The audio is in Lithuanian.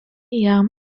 jam